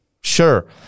Sure